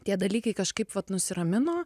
tie dalykai kažkaip vat nusiramino